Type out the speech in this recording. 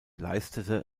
leistete